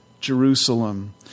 Jerusalem